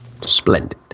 Splendid